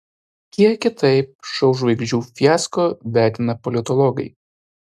kiek kitaip šou žvaigždžių fiasko vertina politologai